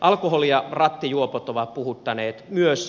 alkoholi ja rattijuopot ovat puhuttaneet myös